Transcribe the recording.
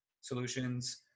solutions